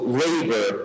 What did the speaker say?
labor